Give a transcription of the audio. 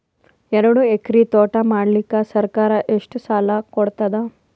ಎರಡು ಎಕರಿ ತೋಟ ಮಾಡಲಿಕ್ಕ ಸರ್ಕಾರ ಎಷ್ಟ ಸಾಲ ಕೊಡತದ?